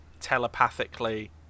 telepathically